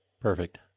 Perfect